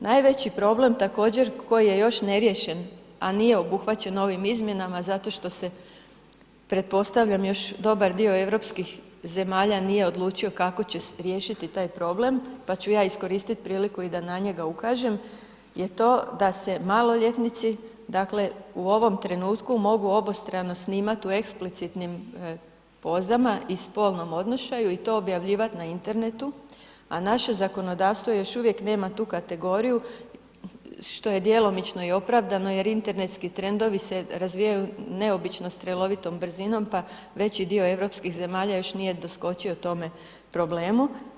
Najveći problem također koji je još neriješen a nije obuhvaćen ovim izmjenama zato što se pretpostavljam još dobar dio europskih zemalja nije odlučio kako će riješiti taj problem pa ću ja iskoristit priliku i da na njega ukažem je to da se maloljetnici u ovom trenutku mogu obostrano snimat u eksplicitnim pozama i spolnom odnošaju i to objavljivat na internetu a naše zakonodavstvo još uvijek nema tu kategoriju što je djelomično i opravdano jer internetski trendovi se razvijaju neobično strelovitom brzinom pa veći dio europskih zemalja još nije doskočio tome problemu.